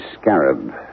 scarab